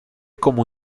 como